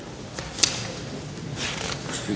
Hvala.